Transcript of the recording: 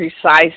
precise